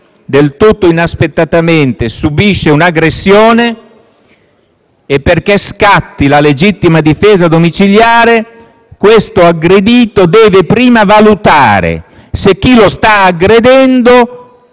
del tutto inaspettatamente subisce un'aggressione, perché scatti la legittima difesa domiciliare, di valutare prima se chi lo sta aggredendo